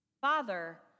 Father